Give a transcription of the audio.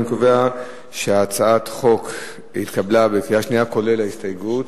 אני קובע שהצעת החוק התקבלה בקריאה שנייה כולל ההסתייגות.